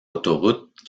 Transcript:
autoroute